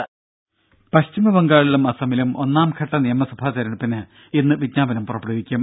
രും പശ്ചിമ ബംഗാളിലും അസമിലും ഒന്നാംഘട്ട നിയമസഭാ തെരഞ്ഞെടുപ്പിന് ഇന്ന് വിജ്ഞാപനം പുറപ്പെടുവിക്കും